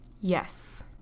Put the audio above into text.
yes